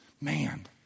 man